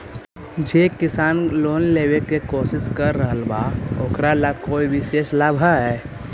जे किसान लोन लेवे के कोशिश कर रहल बा ओकरा ला कोई विशेष लाभ हई?